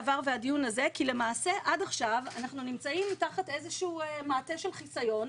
כי למעשה עד עכשיו אנחנו נמצאים תחת איזשהו מעטה של חיסיון,